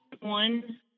one